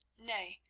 nay,